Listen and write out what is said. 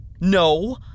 No